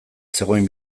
zegoen